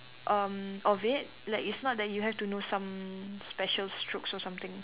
um of it like it's not that you have to know some special strokes or something